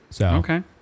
Okay